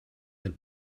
den